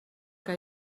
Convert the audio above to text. que